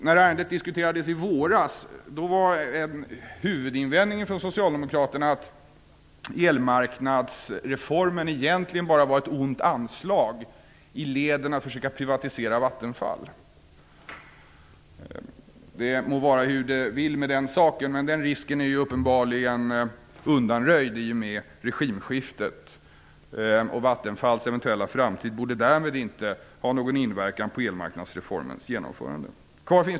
När ärendet diskuterades i våras var en huvudinvändning från Socialdemokraterna att elmarknadsreformen egentligen bara var ett ont anslag i ledet att försöka privatisera Vattenfall. Det må vara hur det vill med den saken, men den risken är uppenbarligen undanröjd i och med regimskiftet. Vattenfalls eventuella framtid borde därmed inte ha någon inverkan på elmarknadsreformens genomförande.